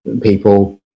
people